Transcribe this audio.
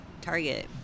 Target